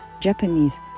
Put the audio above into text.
Japanese